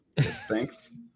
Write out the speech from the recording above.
Thanks